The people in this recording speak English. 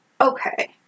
okay